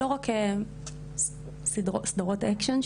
לא רק סדרות אקשן,